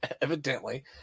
Evidently